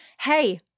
hey